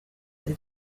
the